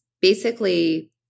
basically-